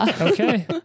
Okay